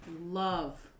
love